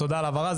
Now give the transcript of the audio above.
זאב אפריאט,